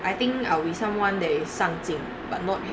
I think I'll be someone that is 上进 but not